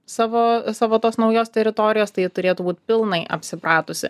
savo savo tos naujos teritorijos tai ji turėtų būt pilnai apsipratusi